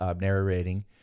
narrating